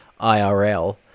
IRL